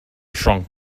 shrunk